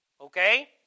Okay